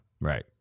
Right